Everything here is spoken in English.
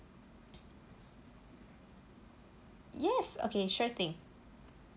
yes okay sure thing